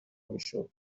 میشد